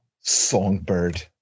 Songbird